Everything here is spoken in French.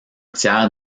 tiers